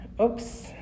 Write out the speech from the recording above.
Oops